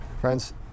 Friends